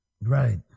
Right